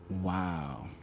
Wow